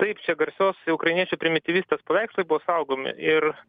taip čia garsios ukrainiečių primityvistės paveikslai buvo saugomi ir